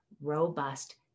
robust